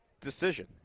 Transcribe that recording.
decision